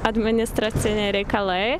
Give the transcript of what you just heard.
administraciniai reikalai